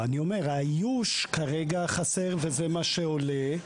האיוש כרגע חסר, וזה מה שעולה.